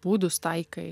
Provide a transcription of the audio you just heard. būdus taikai